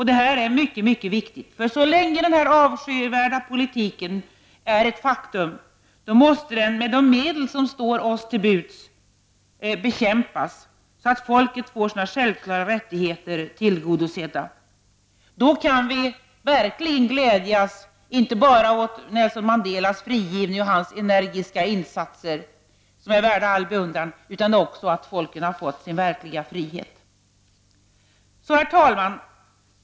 Det här är mycket viktigt, för så länge denna avskyvärda politik är ett faktum måste den med de medel som står oss till buds bekämpas, så att folket får sina självklara rättigheter tillgodosedda. Då kan vi verkligen glädjas, inte bara åt Nelson Mandelas frigivning och hans energiska insatser, som är värda all beundran, utan också åt att folket har fått sin verkliga frihet. Herr talman!